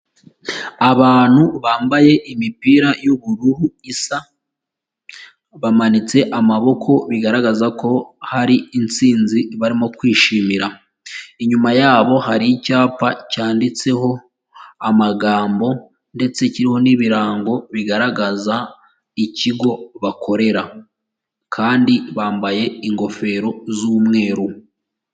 Abantu bambaye imipira y'ubururu isa, bamanitse amaboko bigaragaza ko hari intsinzi barimo kwishimira. Inyuma yabo hari icyapa cyanditseho amagambo ndetse kiriho n'ibirango bigaragaza ikigo bakorera. Kandi bambaye ingofero z'umweru.